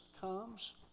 comes